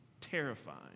terrifying